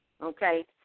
okay